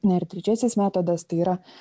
na ir trečiasis metodas tai yra